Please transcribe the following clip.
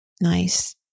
Nice